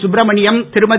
Subramaniam Thirumathi